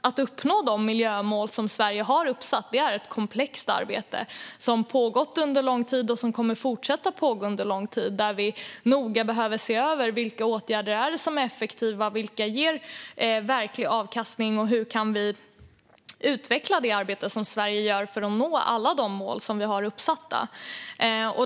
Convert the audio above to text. Att uppnå de miljömål som Sverige har satt upp är ett komplext arbete som har pågått under lång tid och som kommer att fortsätta att pågå under lång tid, och där vi noga behöver se över vilka åtgärder som är effektiva, vilka som ger verklig avkastning och hur vi kan utveckla det arbete som Sverige gör för att nå alla de mål som vi har uppsatta.